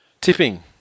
Tipping